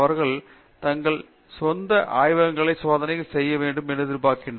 அவர்கள் தங்கள் சொந்த ஆய்வகங்களில் சோதனைகள் செய்ய வேண்டும் என்று எதிர்பார்க்கிறோம்